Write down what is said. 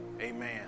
Amen